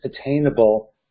attainable